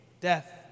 death